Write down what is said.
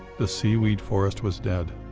the seaweed forest was dead.